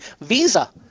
Visa